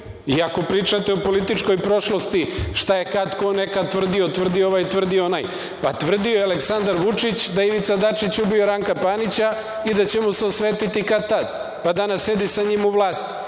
I ako pričate o političkoj prošlosti šta je kad ko nekad tvrdio, tvrdio ovaj, tvrdio onaj, pa tvrdio je i Aleksandar Vučić da je Ivica Dačić ubio Ranka Panića i da će mu se osvetiti kad-tad, pa danas sedi sa njim u vlasti.